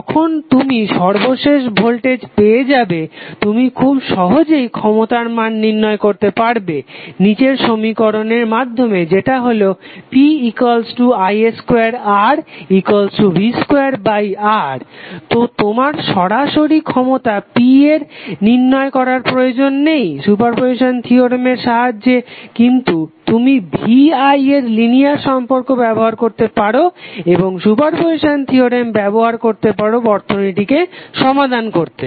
যখন তুমি সর্বশেষ ভোল্টেজ পেয়ে যাবে তুমি খুব সহজেই ক্ষমতার মান নির্ণয় করতে পারবে নিচের সমীকরণের মাধ্যমে যেটা হলো pi2Rv2R তো তোমার সরাসরি ক্ষমতা p নির্ণয় করার প্রয়োজন নেই সুপারপজিসান থিওরেমের সাহায্যে কিন্তু তুমি VI এর লিনিয়ার সম্পর্ক ব্যবহার করতে পারো এবং সুপারপজিসান থিওরেম ব্যবহার করতে পারো বর্তনীটিকে সমাধান করতে